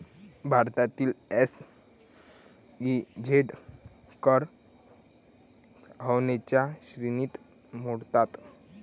भारतात एस.ई.झेड कर हेवनच्या श्रेणीत मोडतात